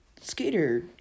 skater